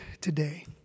today